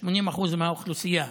ל-80% מהאוכלוסייה: